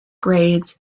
grades